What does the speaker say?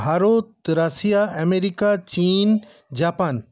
Bharat Russia America চিন Japan